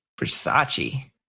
Versace